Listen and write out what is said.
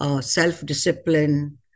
self-discipline